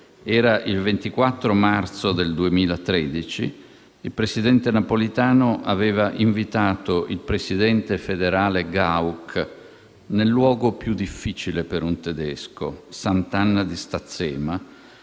Era il 24 marzo del 2013, il presidente Napolitano aveva invitato il presidente federale Gauck nel luogo più difficile per un tedesco, Sant'Anna di Stazzema,